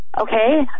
Okay